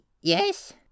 yes